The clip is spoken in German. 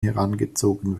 herangezogen